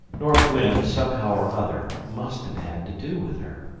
north wind, somehow or other, must have had to do with her!